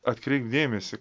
atkreipk dėmesį